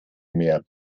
mehr